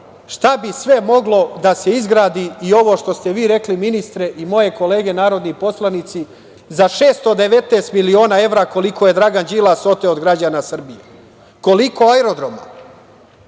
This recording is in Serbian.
šta bi sve moglo da se izgradi i ovo što ste vi rekli ministre i moje kolege narodni poslanici, za 619 miliona evra koliko je Dragan Đilas oteo od građana Srbije? Koliko aerodroma,